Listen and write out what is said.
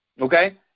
okay